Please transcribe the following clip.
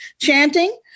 chanting